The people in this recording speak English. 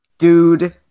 Dude